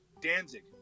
Danzig